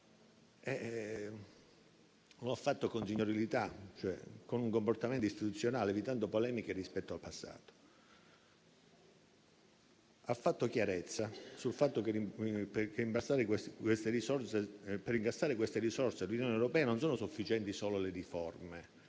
Lo ha fatto con signorilità, con un comportamento istituzionale, evitando polemiche rispetto al passato. Ha chiarito che, per incassare dall'Unione europea, non sono sufficienti solo le riforme